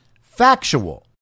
factual